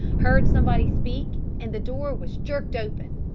heard somebody speak, and the door was jerked open.